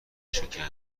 شکم